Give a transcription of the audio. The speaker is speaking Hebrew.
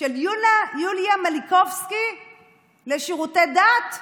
של יוליה מלינובסקי לשירותי דת?